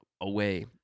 away